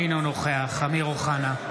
אינו נוכח אמיר אוחנה,